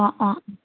অ' অ'